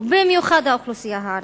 ובמיוחד האוכלוסייה הערבית.